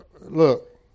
look